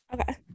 Okay